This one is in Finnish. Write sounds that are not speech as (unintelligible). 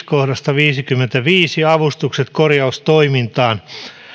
(unintelligible) kohdasta viisikymmentäviisi avustukset korjaustoimintaan